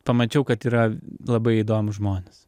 pamačiau kad yra labai įdomūs žmonės